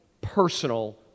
personal